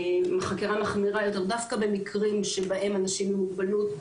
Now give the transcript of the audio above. יותר דווקא במקרים שבהם אנשים עם מוגבלות,